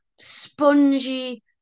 spongy